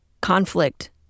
conflict